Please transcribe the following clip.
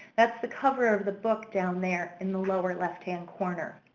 that's the cover of the book down there in the lower left-hand corner.